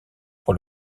pour